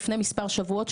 לפני מספר שבועות,